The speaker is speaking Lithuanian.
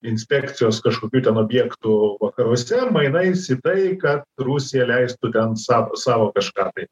inspekcijos kažkokių ten objektų vakaruose mainais į tai kad rusija leistų ten savo savo kažką tai